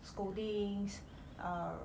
scoldings err